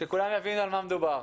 שכולם יבינו על מה מדובר.